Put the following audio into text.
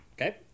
Okay